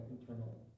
internal